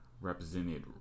represented